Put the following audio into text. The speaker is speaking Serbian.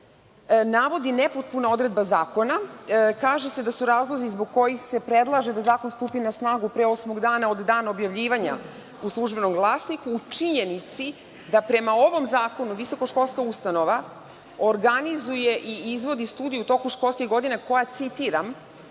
navodi nepotpuna odredba zakona. Kaže se da su razlozi zbog kojih se predlaže da zakon stupi na snagu pre osmog dana od dana objavljivanja u „Službenom glasniku“ u činjenici da prema ovom zakonu, visokoškolska ustanova organizuje i izvodi studiju u toku školske godine, koja citira,